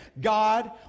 God